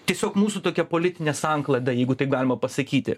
tiesiog mūsų tokia politinė sankloda jeigu tik galima pasakyti